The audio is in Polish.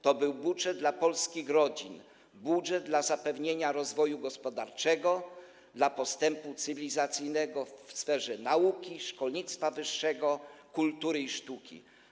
To był budżet dla polskich rodzin, budżet dla zapewnienia rozwoju gospodarczego, dla postępu cywilizacyjnego w sferze nauki, szkolnictwa wyższego, kultury i sztuki.